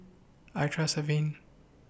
I Trust Avene